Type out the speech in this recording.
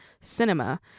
cinema